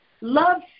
Love